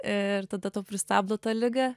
ir tada tau pristabdo tą ligą